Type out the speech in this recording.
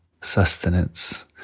sustenance